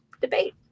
debate